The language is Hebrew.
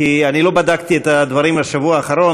כי אני לא בדקתי את הדברים בשבוע האחרון,